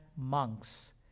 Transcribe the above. monks